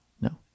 No